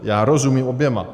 Já rozumím oběma.